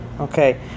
Okay